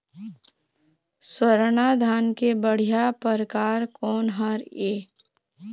स्वर्णा धान के बढ़िया परकार कोन हर ये?